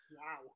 Wow